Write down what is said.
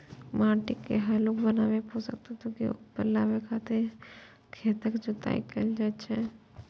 माटि के हल्लुक बनाबै, पोषक तत्व के ऊपर लाबै खातिर खेतक जोताइ कैल जाइ छै